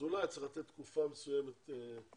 אולי צריך לתת תקופה מסוימת שהוא